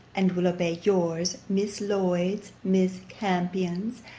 and will obey yours, miss lloyd's, miss campion's,